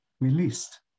released